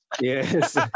Yes